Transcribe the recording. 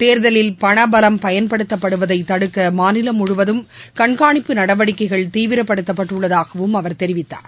தேர்தலில் பண பலம் பயன்படுத்தப்படுவதை தடுக்க மாநிலம் முழுவதும் கண்காணிப்பு நடவடிக்கைகள் தீவிரப்படுத்தப்பட்டுள்ளதாகவும் அவர் தெரிவித்தார்